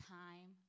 time